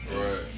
Right